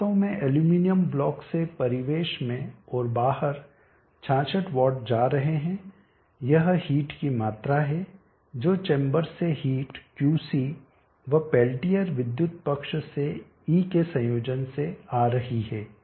वास्तव में aluminium block से परिवेश में और बाहर 66 वाट जा रहे हैं यह हीट की मात्रा है जो चैम्बर से हीट Qc व पेल्टियर विद्युत पक्ष से E के संयोजन से आ रही है